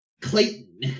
Clayton